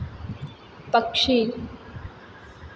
पक्षी